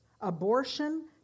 abortion